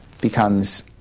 becomes